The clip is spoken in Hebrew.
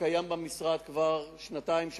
קיים במשרד כבר שנתיים,